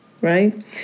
right